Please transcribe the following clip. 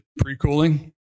pre-cooling